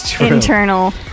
internal